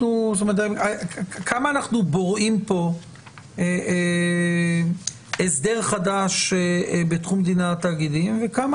כמה אנחנו בוראים פה הסדר חדש בתחום דיני התאגידים וכמה